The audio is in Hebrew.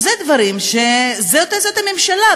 זאת הממשלה,